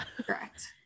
correct